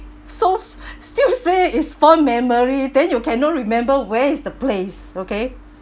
so still say it's fond memory then you cannot remember where is the place okay